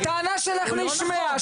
הטענה שלך נשמעה.